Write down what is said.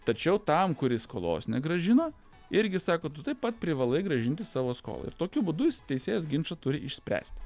tačiau tam kuris skolos negrąžino irgi sako tu taip pat privalai grąžinti savo skolą ir tokiu būdu jis teisėjas ginčą turi išspręsti